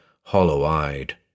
hollow-eyed